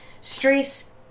stress